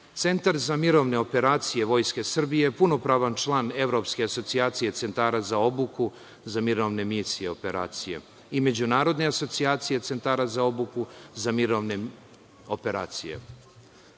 Centar za mirovne operacije Vojske Srbije punopravan član evropske asocijacije centara za obuku za mirovne misije operacije i međunarodne asocijacije centara za obuku za mirovne operacije. Danas